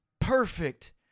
perfect